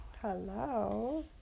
Hello